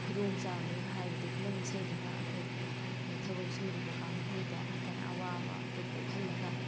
ꯈꯨꯗꯣꯡ ꯆꯥꯕꯗꯣ ꯍꯥꯏꯕꯗꯤ ꯈꯨꯂꯪ ꯏꯁꯩꯗꯨꯅ ꯑꯩꯈꯣꯏ ꯊꯕꯛ ꯁꯨꯔꯤꯕ ꯀꯥꯡꯕꯨꯗ ꯍꯥꯏꯇꯥꯔꯦ ꯑꯋꯥꯕꯗꯨ ꯀꯣꯛꯍꯜꯂꯒ